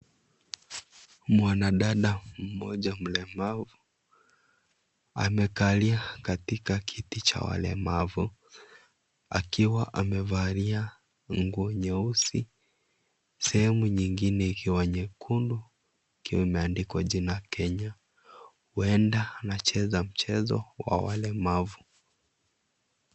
Mwanadada mmoja mlemavu, amekalia katika kiti cha walemavu, akiwa amevalia nguo nyeusi. Sehemu nyingine ikiwa nyekundu, ikiwa imeandikwa jina Kenya. Huenda anacheza mchezo wa walemavu.